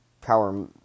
power